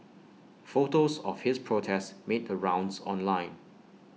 photos of his protest made the rounds online